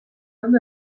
ondo